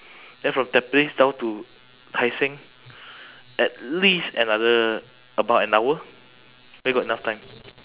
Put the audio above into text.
then from tampines down to tai seng at least another about an hour where got enough time